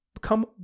come